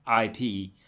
IP